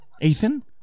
Ethan